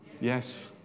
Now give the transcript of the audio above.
Yes